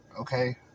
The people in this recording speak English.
okay